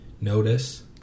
notice